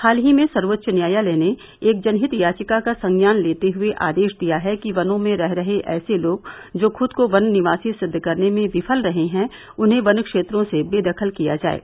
हाल ही में सर्वोच्च न्यायालय ने एक जनहित याचिका का संज्ञान लेते हुए आदेश दिया है कि वनों में रह रहे ऐसे लोग जो खुद को वन निवासी सिद्व करने में विफल रहे हैं उन्हें वन क्षेत्रों से बेदखल किया जाये